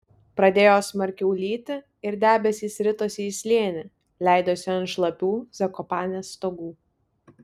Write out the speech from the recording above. pradėjo smarkiau lyti ir debesys ritosi į slėnį leidosi ant šlapių zakopanės stogų